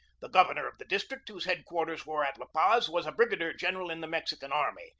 the governor of the district, whose head-quarters were at la paz, was a brigadier-general in the mex ican army,